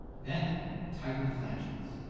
then tighten the flange nuts.